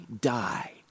die